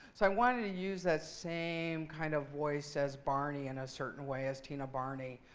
so i wanted to use that same kind of voice as barney in a certain way, as tina barney,